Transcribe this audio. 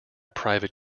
private